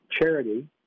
charity